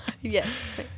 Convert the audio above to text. Yes